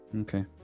Okay